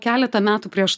keletą metų prieš